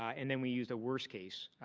and then we used a worst case,